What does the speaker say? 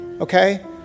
okay